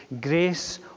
grace